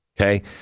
Okay